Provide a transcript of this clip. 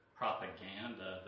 propaganda